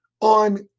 on